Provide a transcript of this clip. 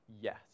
yes